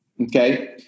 Okay